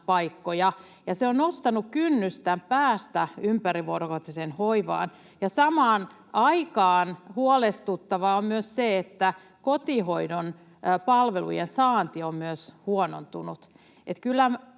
ja se on nostanut kynnystä päästä ympärivuorokautiseen hoivaan. Samaan aikaan huolestuttavaa on myös se, että kotihoidon palvelujen saanti on myös huonontunut.